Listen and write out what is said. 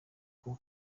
aho